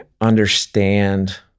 understand